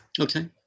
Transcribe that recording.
okay